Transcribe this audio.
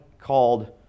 called